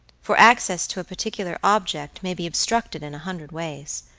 for access to a particular object may be obstructed in a hundred ways.